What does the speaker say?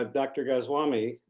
ah dr. goswami,